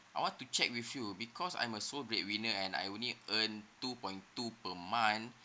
I want to check with you because I'm a sole breadwinner and I only earn two point two per month